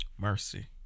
Mercy